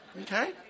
Okay